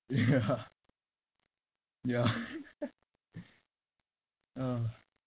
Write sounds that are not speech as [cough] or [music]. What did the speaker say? ya [laughs] yeah [laughs] ah